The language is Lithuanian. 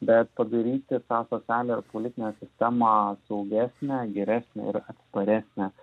bet padaryti tą socialią ir politinę sistemą saugesnę geresnę ir atsparesnę